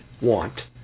want